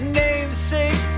namesake